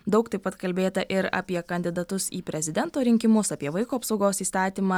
daug taip pat kalbėta ir apie kandidatus į prezidento rinkimus apie vaiko apsaugos įstatymą